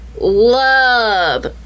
love